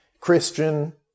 Christian